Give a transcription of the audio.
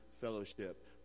Fellowship